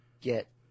get